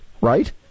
right